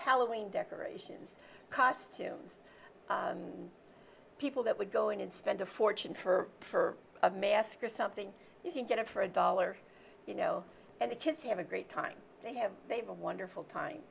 halloween decorations costumes people that would go in and spend a fortune for for a mask or something for a dollar you know and the kids have a great time they have they have a wonderful time